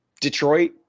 Detroit